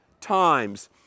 times